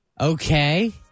Okay